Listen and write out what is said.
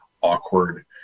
awkward